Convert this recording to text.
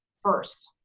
first